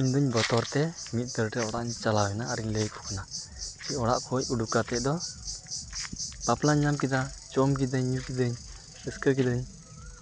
ᱤᱧᱫᱩᱧ ᱵᱚᱛᱚᱨ ᱛᱮ ᱢᱤᱫ ᱫᱟᱹᱲ ᱨᱮ ᱚᱲᱟᱜ ᱤᱧ ᱪᱟᱞᱟᱣ ᱮᱱᱟ ᱟᱨᱤᱧ ᱞᱟᱹᱭ ᱟᱠᱚ ᱠᱟᱱᱟ ᱚᱲᱟᱜ ᱠᱷᱚᱱ ᱩᱰᱩᱠ ᱠᱟᱛᱮᱫ ᱫᱚ ᱵᱟᱯᱞᱟᱧ ᱧᱮᱞ ᱠᱮᱫᱟ ᱡᱚᱢ ᱠᱤᱫᱟᱹᱧ ᱧᱩ ᱠᱤᱫᱟᱹᱧ ᱨᱟᱹᱥᱠᱟᱹ ᱠᱤᱫᱟᱹᱧ